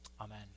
Amen